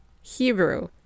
Hebrew